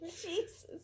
Jesus